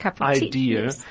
idea